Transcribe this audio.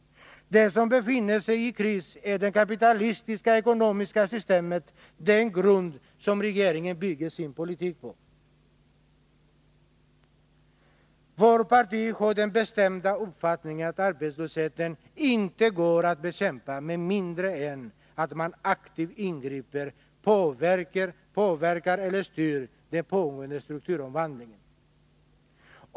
Det som befinner sig i kris är det kapitalistiska ekonomiska systemet, den grund som regeringen bygger sin politik på. Vårt parti har den bestämda uppfattningen att arbetslösheten inte går att bekämpa med mindre än att man aktivt ingriper och påverkar eller styr den pågående strukturomvandlingen.